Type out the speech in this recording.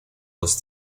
los